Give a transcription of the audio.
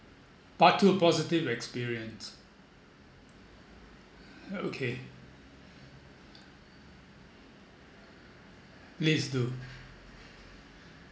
part two positive experience okay please do